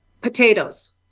potatoes